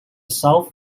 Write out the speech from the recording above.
south